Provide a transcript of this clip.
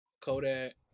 Kodak